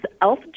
Elf